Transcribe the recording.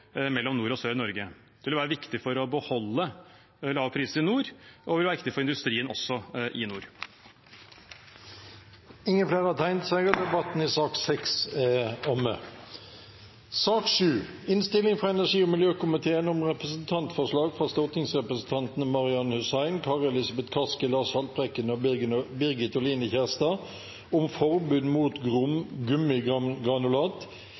mellom nord og sør i Norge. Det vil være viktig for å beholde lave priser i nord, og det vil være viktig også for industrien i nord. Flere har ikke bedt om ordet til debatten i sak nr. 6. Etter ønske fra energi- og miljøkomiteen vil presidenten ordne debatten slik: 3 minutter til hver partigruppe og